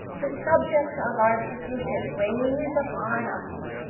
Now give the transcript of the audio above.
the subject of our petition weighs upon us.